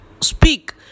speak